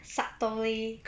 subtly